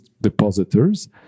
depositors